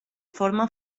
forma